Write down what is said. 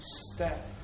step